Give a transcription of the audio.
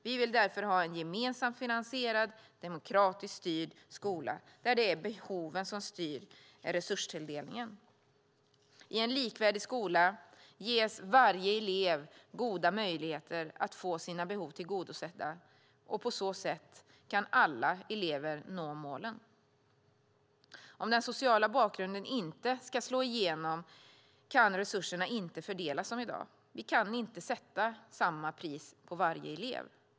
Vi vill därför ha en gemensamt finansierad och demokratiskt styrd skola där det är behoven som styr resurstilldelningen. I en likvärdig skola ges varje elev goda möjligheter att få sina behov tillgodosedda, och på så sätt kan alla elever nå målen. Om den sociala bakgrunden inte ska slå igenom kan resurserna inte fördelas som i dag. Vi kan inte sätta samma pris på varje elev.